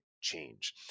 change